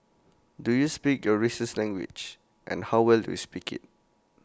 do you speak your race's language and how well do you speak IT